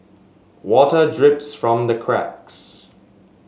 water drips from the cracks